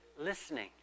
listening